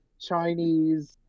Chinese